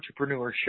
entrepreneurship